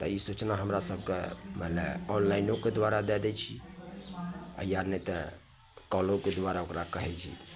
तऽ ई सूचना हमरा सबके मानि लिअ ऑनलाइनेके द्वारा दै दै छी या नहि तऽ कॉलोके द्वारा ओकरा कहैत छी